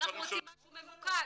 אנחנו רוצים משהו ממוקד.